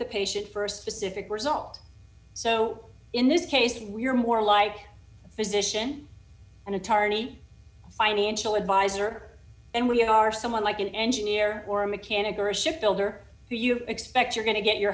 the patient st specific result so in this case we're more like a physician and attorney financial advisor and we are someone like an engineer or a mechanic or a ship builder or you expect you're going to get your